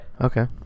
okay